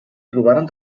trobaran